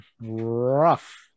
rough